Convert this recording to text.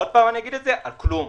עוד פעם אגיד את זה: על כלום.